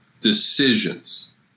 decisions